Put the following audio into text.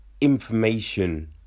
information